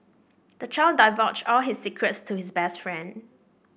the child divulged all his secrets to his best friend